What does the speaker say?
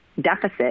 deficit